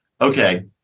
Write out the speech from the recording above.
okay